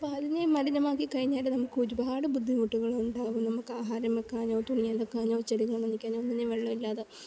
അപ്പോൾ അതിനേ മലിനമാക്കിക്കഴിഞ്ഞാൽ നമുക്കൊരുപാട് ബുദ്ധിമുട്ടുകളുണ്ടാകും നമുക്കാഹാരം വെക്കാനോ തുണി അലക്കാനോ ചെടികൾ നനയ്ക്കാനോ ഒന്നിനും വെള്ളമില്ലാതാകും